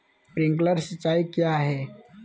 Sprinkler सिंचाई क्या है?